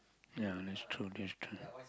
ya that's true this true